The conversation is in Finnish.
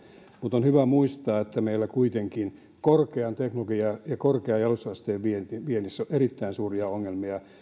mutta on hyvä muistaa että meillä kuitenkin korkean teknologian ja ja korkean jalostusasteen viennissä on erittäin suuria ongelmia